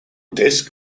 disc